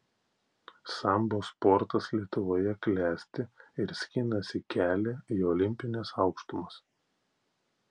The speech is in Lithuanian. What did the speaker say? sambo sportas lietuvoje klesti ir skinasi kelią į olimpines aukštumas